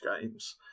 games